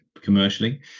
commercially